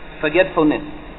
forgetfulness